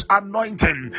anointing